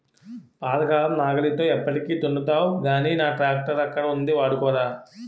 పాతకాలం నాగలితో ఎప్పటికి దున్నుతావ్ గానీ నా ట్రాక్టరక్కడ ఉంది వాడుకోరా